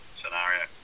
scenario